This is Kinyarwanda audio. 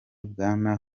bwana